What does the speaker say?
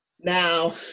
Now